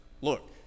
Look